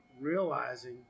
realizing